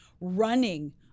running